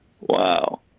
wow